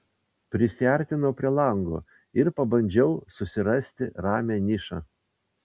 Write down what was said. prisiartinau prie lango ir pabandžiau susirasti ramią nišą